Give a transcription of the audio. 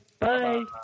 Bye